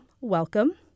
welcome